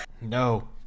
No